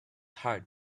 heart